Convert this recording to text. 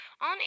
on